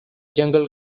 jungle